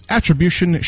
Attribution